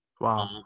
Wow